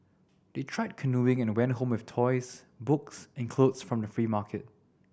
they tried canoeing and went home with toys books and clothes from the free market